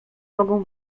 mogą